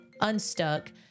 unstuck